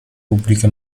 pubbliche